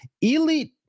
elite